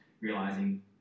realizing